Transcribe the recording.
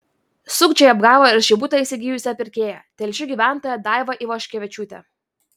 sukčiai apgavo ir šį butą įsigijusią pirkėją telšių gyventoją daivą ivoškevičiūtę